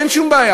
אין שום בעיה,